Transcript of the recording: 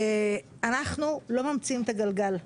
אנחנו לא ממציאים את הגלגל,